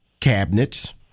cabinets